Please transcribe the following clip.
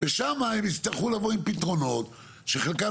ושם הם יצטרכו לבוא עם פתרונות שחלקם